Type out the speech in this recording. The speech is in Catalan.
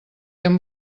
amb